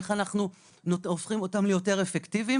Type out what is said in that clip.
איך הופכים אותם ליותר אפקטיביים?